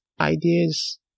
ideas